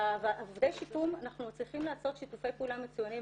עם עובדי השיקום אנחנו מצליחים לעשות שיתופי פעולה מצוינים,